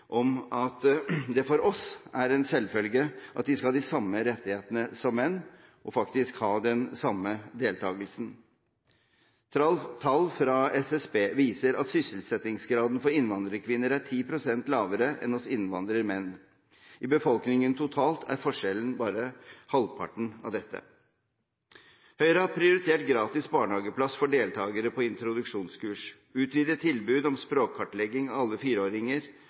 om at det for oss er en selvfølge at de skal ha de samme rettighetene som menn, og faktisk ha den samme deltagelsen. Tall fra SSB viser at sysselsettingsgraden for innvandrerkvinner er 10 pst. lavere enn hos innvandrermenn. I befolkningen totalt er forskjellen bare halvparten av dette. Høyre har prioritert gratis barnehageplass for deltagere på introduksjonskurs, utvidet tilbud om språkkartlegging av alle